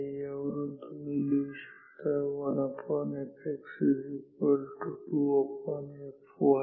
यावरून तुम्ही लिहू शकता 1fx 2fy